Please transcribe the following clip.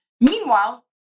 Meanwhile